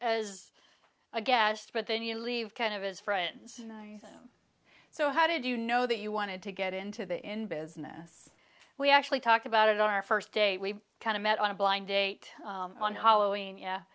as a guest but then you leave kind of his friends so how did you know that you wanted to get into the in business we actually talked about it on our first day we kind of met on a blind date on hollowing yeah